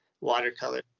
watercolor